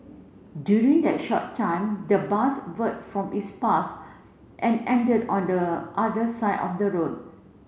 during that short time the bus veered from its path and ended on the other side of the road